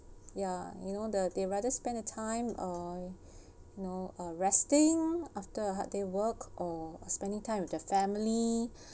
ya you know the they rather spend a time uh uh resting after a hard day work or spending time with their family